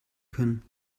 können